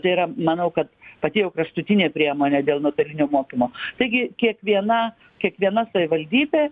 tai yra manau kad pati jau kraštutinė priemonė dėl nuotolinio mokymo taigi kiekviena kiekviena savivaldybė